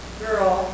girl